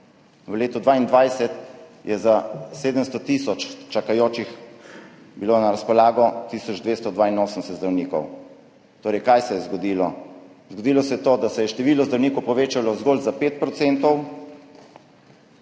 v letu 2022 je bilo za 700 tisoč čakajočih na razpolago tisoč 282 zdravnikov. Kaj se je torej zgodilo? Zgodilo se je to, da se je število zdravnikov povečalo zgolj za 5 %,